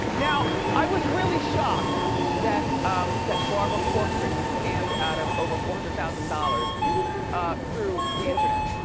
now, i was really shocked that um that barbara corcoran was scammed out of over four hundred thousand dollars yeah ah through the internet.